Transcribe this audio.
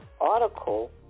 article